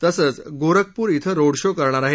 तसंच गोरखपूर ििं road show करणार आहेत